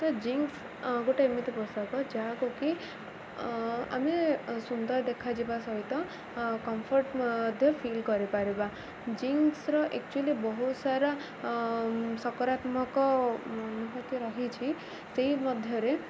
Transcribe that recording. ତ ଜିନ୍ସ ଗୋଟେ ଏମିତି ପୋଷାକ ଯାହାକୁ କି ଆମେ ସୁନ୍ଦର ଦେଖାଯିବା ସହିତ କମ୍ଫର୍ଟ ମଧ୍ୟ ଫିଲ୍ କରିପାରିବା ଜିନ୍ସର ଆକ୍ଚୁଆଲି ବହୁତ ସାରା ସକାରାତ୍ମକ ରହିଛି ସେଇ ମଧ୍ୟରେ